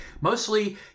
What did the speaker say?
mostly